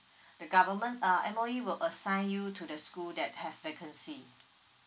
the government uh M_O_E only will assign you to the school that have vacancy